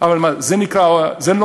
אבל מה, זה נקרא עוני?